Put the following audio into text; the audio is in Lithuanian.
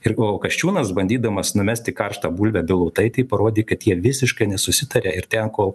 ir galvoj o kasčiūnas bandydamas numesti karštą bulvę bilotaitei parodė kad jie visiškai nesusitaria ir teko